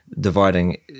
dividing